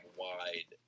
wide